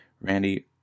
Randy